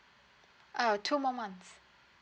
uh two more months